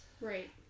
Right